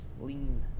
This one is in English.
lean